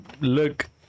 look